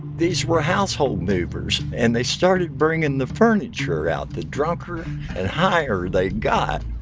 these were household movers and they started bringing the furniture out, the drunker and higher they got.